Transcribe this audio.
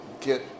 get